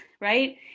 right